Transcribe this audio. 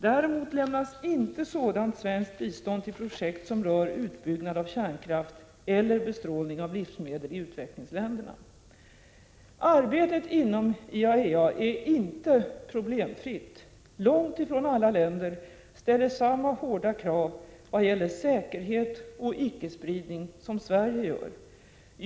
Däremot lämnas inte sådant svenskt bistånd till projekt som rör utbyggnad av kärnkraft eller bestrålning av livsmedel i utvecklingsländerna. Arbetet inom IAEA är inte problemfritt. Långt ifrån alla länder ställer samma hårda krav vad gäller säkerhet och icke-spridning som Sverige gör.